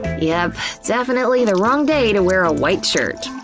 yep, definitely the wrong day to wear a white shirt.